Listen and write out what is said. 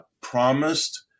promised